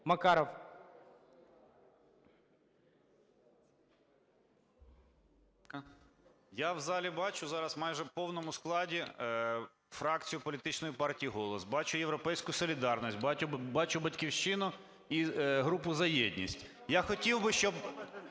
Я в залі бачу зараз майже в повному складі фракцію політичної партії "Голос", бачу "Європейську солідарність", бачу "Батьківщину" і групу "За єдність". Я хотів би, щоб…